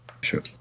sure